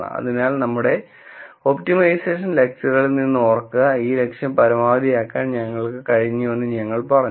അതിനാൽ നമ്മുടെ ഒപ്റ്റിമൈസേഷൻ ലെക്ച്ചറുകളിൽ നിന്ന് ഓർക്കുക ഈ ലക്ഷ്യം പരമാവധിയാക്കാൻ ഞങ്ങൾക്ക് കഴിഞ്ഞുവെന്ന് ഞങ്ങൾ പറഞ്ഞു